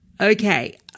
Okay